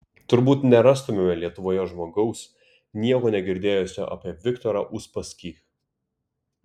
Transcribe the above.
turbūt nerastumėme lietuvoje žmogaus nieko negirdėjusio apie viktorą uspaskich